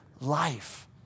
life